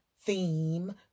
theme